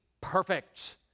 Perfect